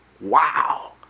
wow